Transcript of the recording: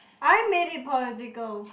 I made it political